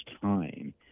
time